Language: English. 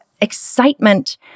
excitement